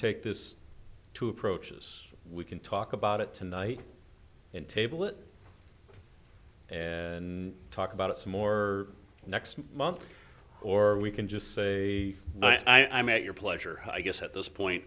take this two approaches we can talk about it tonight and table it and talk about it some more next month or we can just say i met your pleasure i guess at this point